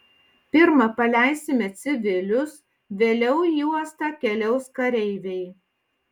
pirma paleisime civilius vėliau į uostą keliaus kareiviai